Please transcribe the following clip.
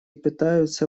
пытаются